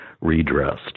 redressed